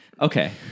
Okay